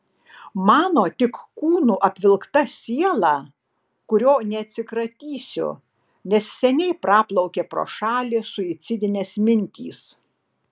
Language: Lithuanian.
mano tik kūnu apvilkta siela kurio neatsikratysiu nes seniai praplaukė pro šalį suicidinės mintys